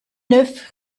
neuf